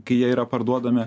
kai jie yra parduodami